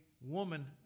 woman